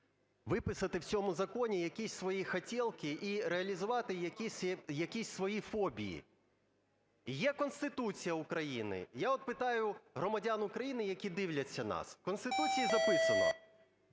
виписати в цьому законі якість свої хотєлки і реалізувати якісь свої фобії. І є Конституція України. Я от питаю громадян України, які дивляться нас. В Конституції записано: